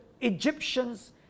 Egyptians